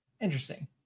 Interesting